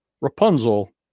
Rapunzel